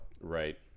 Right